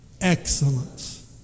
Excellence